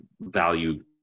value